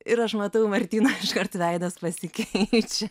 ir aš matau martyno iškart veidas pasikeičia